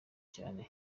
cyane